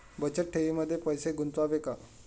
बचत ठेवीमध्ये पैसे गुंतवावे का?